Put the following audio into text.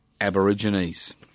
Aborigines